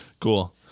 cool